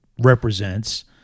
represents